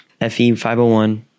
FE501